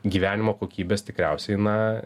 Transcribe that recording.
gyvenimo kokybės tikriausiai na